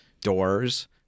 doors